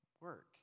work